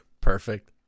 Perfect